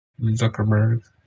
Zuckerberg